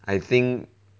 I think